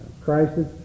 crisis